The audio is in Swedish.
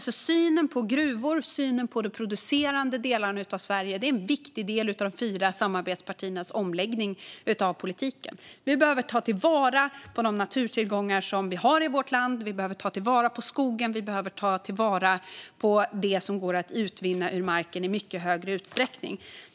Synen på gruvor och på de producerande delarna av Sverige är en viktig del av de fyra samarbetspartiernas omläggning av politiken. Vi behöver ta vara på de naturtillgångar som vi har i vårt land. Vi behöver i mycket större utsträckning ta vara på skogen och på det som går att utvinna ur marken.